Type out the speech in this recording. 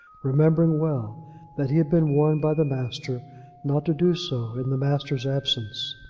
remembering well that he had been warned by the master not to do so in the master's absence.